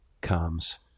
comes